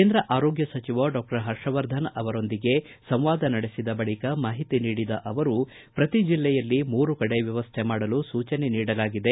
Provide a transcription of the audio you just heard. ಕೇಂದ್ರ ಆರೋಗ್ಯ ಸಚಿವ ಡಾಕ್ಷರ್ ಪರ್ಷವರ್ಧನ್ ಅವರೊಂದಿಗೆ ಸಂವಾದ ನಡೆಸಿದ ಬಳಿಕ ಮಾಹಿತಿ ನೀಡಿದ ಅವರು ಪ್ರತಿ ಜಿಲ್ಲೆಯಲ್ಲಿ ಮೂರು ಕಡೆ ವ್ಯವಸ್ಥೆ ಮಾಡಲು ಸೂಚನೆ ನೀಡಲಾಗಿದೆ